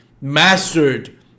mastered